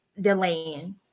delaying